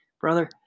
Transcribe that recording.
brother